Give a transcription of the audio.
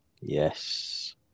Yes